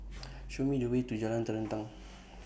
Show Me The Way to Jalan Terentang